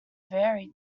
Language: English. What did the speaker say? very